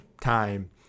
time